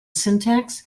syntax